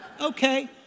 okay